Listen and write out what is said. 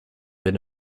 been